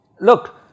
look